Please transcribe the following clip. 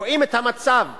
רואים את המצב של,